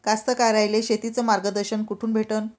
कास्तकाराइले शेतीचं मार्गदर्शन कुठून भेटन?